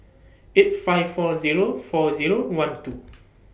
eight five four Zero four Zero one two